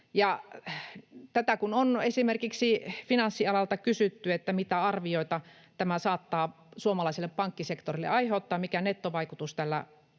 Kun on esimerkiksi finanssialalta kysytty, mitä arvioita tämä saattaa suomalaiselle pankkisektorille aiheuttaa, mikä nettovaikutus tällä